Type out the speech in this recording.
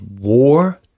war